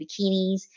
bikinis